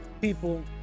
people